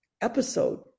episode